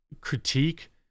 critique